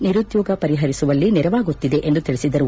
ನಿರುದ್ಖೋಗ ಪರಿಹರಿಸುವಲ್ಲಿ ನೆರವಾಗುತ್ತಿದೆ ಎಂದು ತಿಳಿಸಿದರು